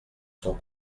son